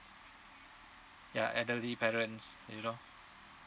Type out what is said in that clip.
ya elderly parents you know